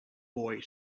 boy